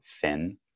thin